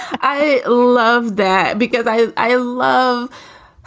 i love that because i i love